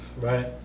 right